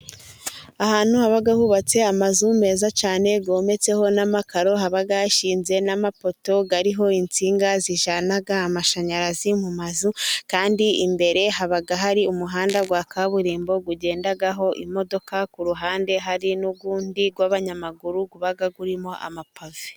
Ahantu haba hubatse amazu meza cyane yometseho n'amakaro, haba hashinze n'amapoto ariho insinga, zijyana amashanyarazi mu mazu kandi imbere haba hari umuhanda wa kaburimbo ugendaho imodoka, ku ruhande hari n'uwundi w'abanyamaguru, uba urimo amapave.